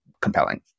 compelling